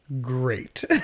great